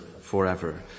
forever